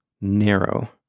narrow